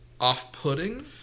off-putting